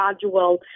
gradual